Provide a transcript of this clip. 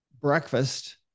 breakfast